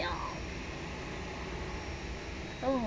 oh